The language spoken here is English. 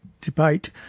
debate